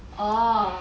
orh